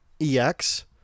EX